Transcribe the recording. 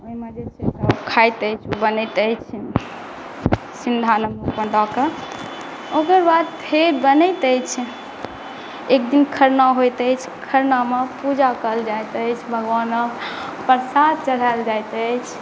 ओहिमे सब खाइत अछि बनैत अछि सैन्धा नमक दऽ कऽ ओकरबाद फेर बनैत अछि एकदिन खरना होइत अछि खरना मे पूजा कायल जाइत अछि भगवानके प्रसाद चढायल जाइत अछि